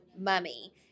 mummy